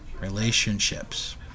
relationships